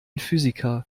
physiker